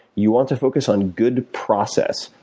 you want to focus on good process,